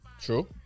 true